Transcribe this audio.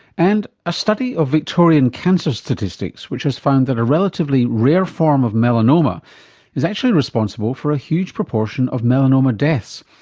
and a study of victorian cancer statistics, which has found that a relatively rare form of melanoma is actually responsible for a huge proportion of melanoma deaths.